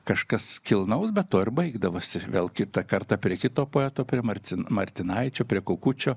kažkas kilnaus bet tuo ir baigdavosi gal kitą kartą prie kito poeto prie marcin martinaičio prie kukučio